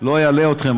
לא אלאה אתכם.